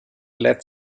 led